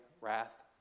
wrath